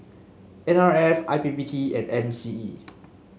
N R F I P P T and M C E